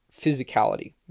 physicality